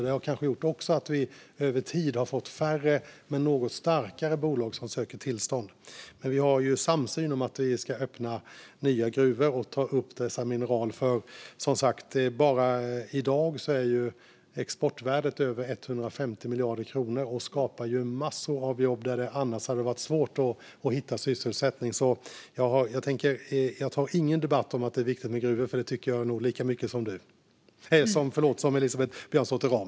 Det har kanske gjort att vi över tid har fått färre men något starkare bolag som söker tillstånd. Vi har samsyn om att vi ska öppna nya gruvor och ta upp dessa mineral, för bara i dag är exportvärdet som sagt över 150 miljarder kronor. Det här skapar massor av jobb där det annars hade varit svårt att hitta sysselsättning, så jag tar ingen debatt om att det är viktigt med gruvor. Det tycker jag nog lika mycket som Elisabeth Björnsdotter Rahm.